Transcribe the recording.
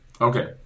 Okay